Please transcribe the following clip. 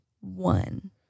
One